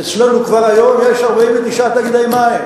אצלנו כבר היום יש 49 תאגידי מים.